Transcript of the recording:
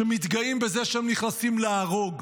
שמתגאים בזה שהם נכנסים להרוג,